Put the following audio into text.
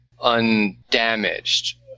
undamaged